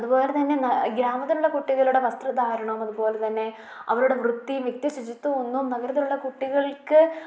അതുപോലെത്തന്നെ ഗ്രാമത്തിലുള്ള കുട്ടികളുടെ വസ്ത്ര ധാരണവും അതുപോലെത്തന്നെ അവരുടെ വൃത്തിയും നിത്യശുചിത്വവും ഒന്നും നഗരത്തിലുള്ള കുട്ടികൾക്ക്